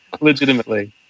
Legitimately